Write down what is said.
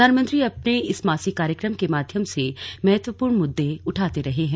प्रधानमंत्री अपने इस मासिक कार्यक्रम के माध्यम से महत्वपूर्ण मुद्दे उठाते रहे हैं